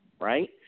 right